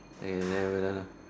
okay then we are done lah